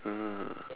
ah